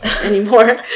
anymore